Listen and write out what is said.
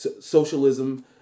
Socialism